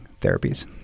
therapies